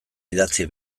idatzi